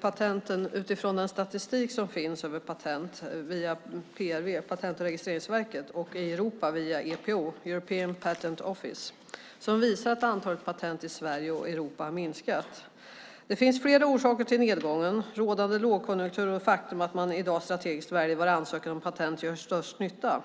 patenten utifrån den statistik som finns över patent hos Patent och registreringsverket, PRV, och i Europa via EPO, European Patent Office, som visar att antalet patent i Sverige och Europa har minskat. Det finns flera orsaker till nedgången, rådande lågkonjunktur och det faktum att man i dag strategiskt väljer var ansökan om patent gör störst nytta.